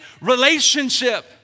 relationship